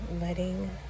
letting